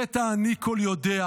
חטא האני כל-יודע,